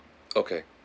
okay